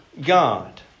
God